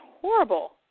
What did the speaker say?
horrible